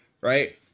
Right